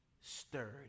stirred